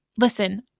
listen